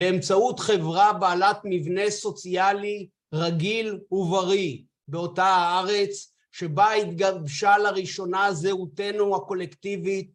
באמצעות חברה בעלת מבנה סוציאלי רגיל ובריא. באותה הארץ שבה התגבשה לראשונה זהותנו הקולקטיבית, ...